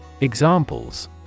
Examples